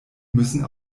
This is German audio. müssen